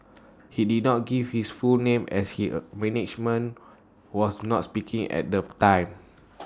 he did not give his full name as his A management was not speaking at the time